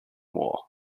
war